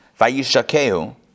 vayishakehu